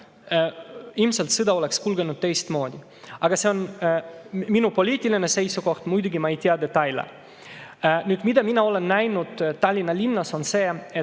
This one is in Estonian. ilmselt sõda oleks kulgenud teistmoodi. Aga see on minu poliitiline seisukoht. Muidugi ma ei tea detaile. Nüüd, mida mina olen näinud Tallinna linnas, on see, et